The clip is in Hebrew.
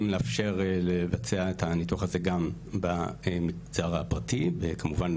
לאפשר לבצע את הניתוח הזה גם במגזר הפרטי וכמובן,